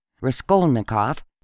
Raskolnikov